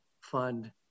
fund